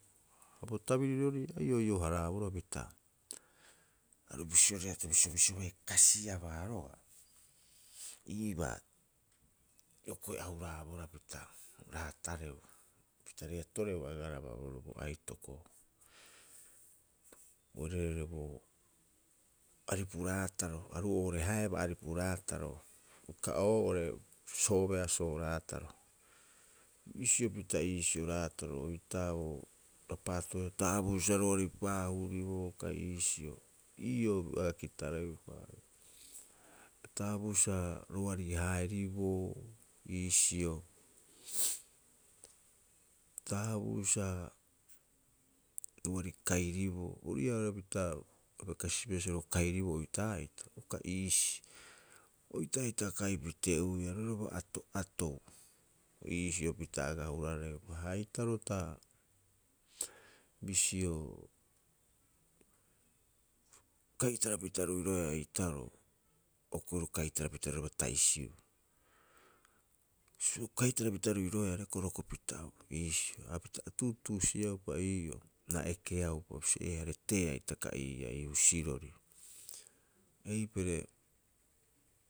Bo tabirirori a iho'iho- haraaboroo pita aru bisio reeto bisio- bisio bai kaisiabaa roga'a iibaa hioko'i a hurabohara pita raatareu pita reetoreu agaraba oroo bo aitoko oreoreo bo. Aripu raataro aru oo'ore haebaa aripu raataroo uka oo'ora soobeasoo raataro bisio pita iisio raataro oita o rapatoe taabuu sa roari paahuuriboo kai iisio. Ii'oo aga kitareupa, taabuu sa roari haeriboo iisio taabuu sa roari kairiboo ori'iia pita abai kasibaa sa ro kairiboo oitaa'ita uka iisi. Oitaa'ita kaipitee uiia roiraba ato'atou, iisio pita aga hurareupa ha eitaroo ta bisio kaitarapita ruiroea eitaro o koeruu kaitarapita roirabaa ta'isibuu. Bisio kaitarapi ruiroea rekorekopita abau iisio hapita a tuutuusi'eaupa ii'oo na ekeaupa bisio ee areteea hitaka ii husirori eipare.